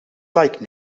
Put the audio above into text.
like